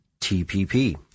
TPP